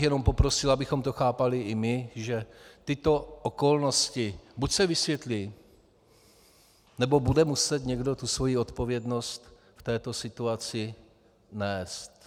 Jenom bych poprosil, abychom to chápali i my, že tyto okolnosti se buď vysvětlí, nebo bude muset někdo svoji odpovědnost v této situaci nést.